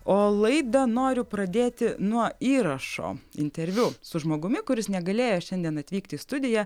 o laidą noriu pradėti nuo įrašo interviu su žmogumi kuris negalėjo šiandien atvykti į studiją